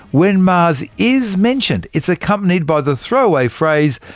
when mars is mentioned, it's accompanied by the throwaway phrase,